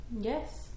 Yes